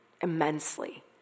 immensely